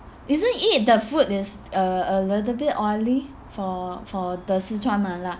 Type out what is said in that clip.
isn't it the food is a a little bit oily for for the sichuan mala